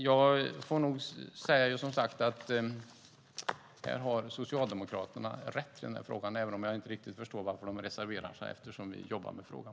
Jag får nog säga att Socialdemokraterna har rätt i den frågan, även om jag inte riktigt förstår varför de reserverar sig eftersom vi jobbar med frågan.